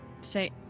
say